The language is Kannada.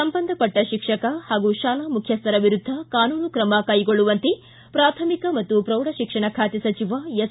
ಸಂಬಂಧಪಟ್ಟ ಶಿಕ್ಷಕ ಹಾಗೂ ಶಾಲಾ ಮುಖ್ಯಸ್ಥರ ವಿರುದ್ಧ ಕಾನೂನು ಕ್ರಮ ಕೈಗೊಳ್ಳುವಂತೆ ಪ್ರಾಥಮಿಕ ಮತ್ತು ಪೌಢ ಶಿಕ್ಷಣ ಖಾತೆ ಸಚಿವ ಎಸ್